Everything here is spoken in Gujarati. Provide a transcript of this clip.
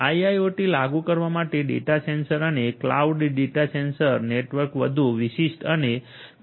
આઇઆઇઓટી લાગુ કરવા માટે ડેટા સેન્ટર અને ક્લાઉડ ડેટા સેન્ટર નેટવર્ક વધુ વિશિષ્ટ અને ક્લાઉડ ખૂબ મહત્વપૂર્ણ છે